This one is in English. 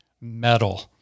metal